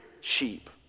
sheep